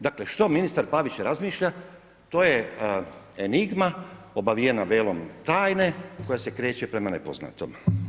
Dakle, što ministar Pavić razmišlja, to je enigma, obavijena velom tajne, koja se kreće prema nepoznatom.